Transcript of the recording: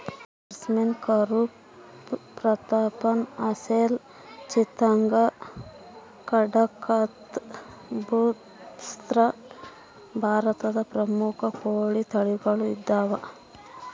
ಜರ್ಸಿಮ್ ಕಂರೂಪ ಪ್ರತಾಪ್ಧನ್ ಅಸೆಲ್ ಚಿತ್ತಗಾಂಗ್ ಕಡಕಂಥ್ ಬುಸ್ರಾ ಭಾರತದ ಪ್ರಮುಖ ಕೋಳಿ ತಳಿಗಳು ಇದಾವ